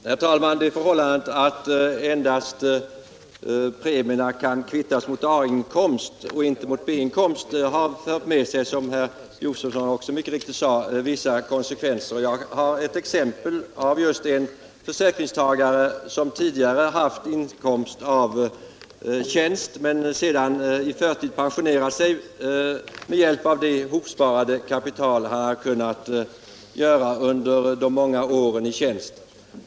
Herr talman! Det förhållandet att premierna kan kvittas endast mot A-inkomst och inte mot B-inkomst har, som herr Josefson mycket riktigt sade, fört med sig vissa konsekvenser. Jag kan anföra som exempel en försäkringstagare som tidigare haft inkomst av tjänst men som sedan i förtid pensionerat sig med hjälp av det kapital han kunnat spara ihop under de många åren i tjänst.